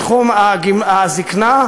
בתחום הזיקנה,